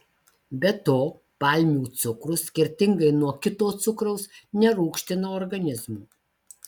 be to palmių cukrus skirtingai nuo kito cukraus nerūgština organizmo